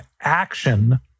action